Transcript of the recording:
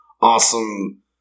awesome